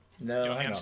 No